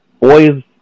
boys